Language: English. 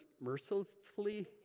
mercifully